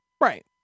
Right